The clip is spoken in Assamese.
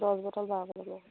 দছ বটল বাৰ বটলমান